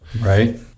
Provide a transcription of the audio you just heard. Right